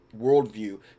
worldview